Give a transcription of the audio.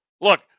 Look